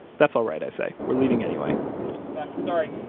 that's all right, i say. we're leaving anyway sorry